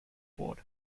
board